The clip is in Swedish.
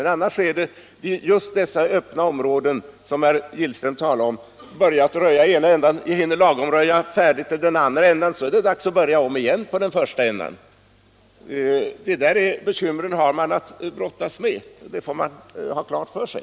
Men i fråga om dessa öppna områden är det så att har man röjt färdigt i den ena ändan är det dags att börja om igen i den andra. Dessa bekymmer har man att brottas med, vilket man måste ha klart för sig.